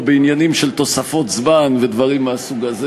בעניינים של תוספות זמן ודברים מהסוג הזה.